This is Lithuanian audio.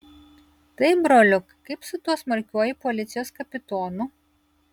taip broliuk kaip su tuo smarkiuoju policijos kapitonu